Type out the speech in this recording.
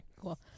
Cool